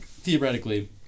Theoretically